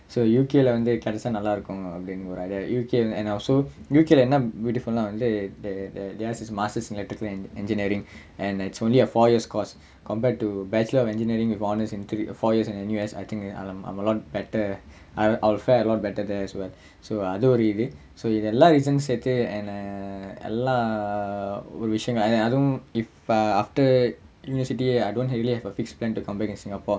so U_K lah வந்து கிடைச்சா நல்லா இருக்கும் அப்படிங்குற ஒரு:vanthu kidaichaa nallaa irukkum appdingura oru idea U_K and also U_K leh என்ன:enna beautiful னா வந்து:naa vanthu theirs is masters in electrical engineering and it's only a four years course compared to bachelor of engineering with honours in N_U_S I think I'm I'm a lot better I'll fare a lot better there as well so அது ஒரு இது:athu oru ithu so இது எல்லா:ithu ellaa reasons சும் சேர்த்து:sum serthu and err எல்லா ஒரு விஷயம் அதுவும் இப்ப:ellaa oru vishayam athuvum ippa if I after university I don't really have a fixed plan to come back to singapore